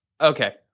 Okay